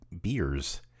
beers